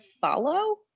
follow